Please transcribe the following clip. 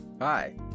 Hi